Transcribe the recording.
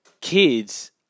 kids